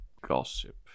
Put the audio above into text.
gossip